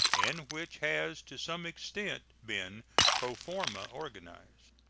and which has to some extent been pro forma organized.